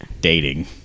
dating